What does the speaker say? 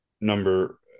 Number